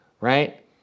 right